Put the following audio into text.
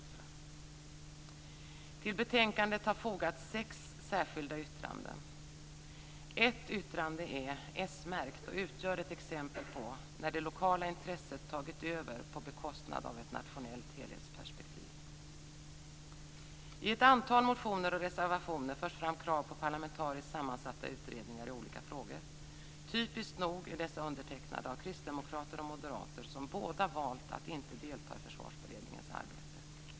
Till betänkandet har fogats sex särskilda yttranden. Ett yttrande är s-märkt och utgör ett exempel på när det lokala intresset tagit över på bekostnad av ett nationellt helhetsperspektiv. I ett antal motioner och reservationer förs fram krav på parlamentariskt sammansatta utredningar i olika frågor. Typiskt nog är dessa underteckande av kristdemokrater och moderater, som båda valt att inte delta i Försvarsberedningens arbete.